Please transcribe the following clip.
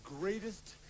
greatest